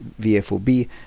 VFOB